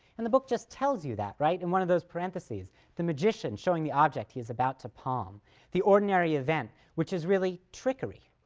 and the book just tells you that, right, in one of those parentheses the magician showing the object he is about to palm the ordinary event which is really trickery,